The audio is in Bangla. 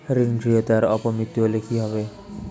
ঋণ গ্রহীতার অপ মৃত্যু হলে কি হবে?